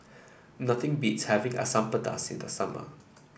nothing beats having Asam Pedas in the summer